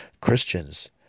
Christians